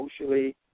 socially